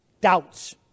doubts